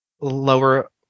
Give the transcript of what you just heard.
lower